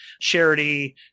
charity